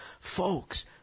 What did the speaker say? Folks